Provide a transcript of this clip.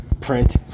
print